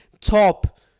top